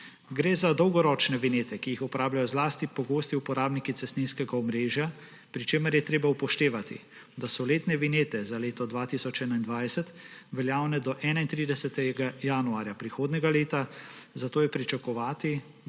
Gre za dolgoročne vinjete, ki jih uporabljajo zlasti pogosti uporabniki cestninskega omrežja, pri čemer je treba upoštevati, da so letne vinjete za leto 2021 veljavne do 31. januarja prihodnjega leta, zato je pričakovati,